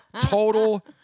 total